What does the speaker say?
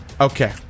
okay